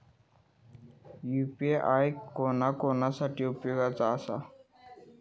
UPI कोणा कोणा साठी उपयोगाचा आसा?